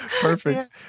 Perfect